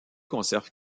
conserve